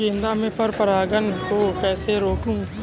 गेंदा में पर परागन को कैसे रोकुं?